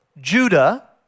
Judah